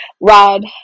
Rod